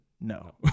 no